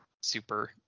super